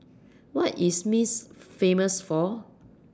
What IS Minsk Famous For